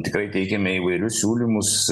tikrai teikiame įvairius siūlymus